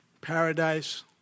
Paradise